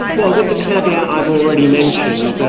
well, with the caveat i've already mentioned,